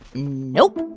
nope